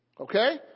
Okay